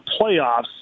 playoffs